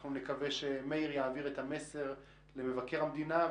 אנחנו נקווה שמאיר יעביר את המסר למבקר המדינה,